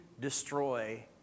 destroy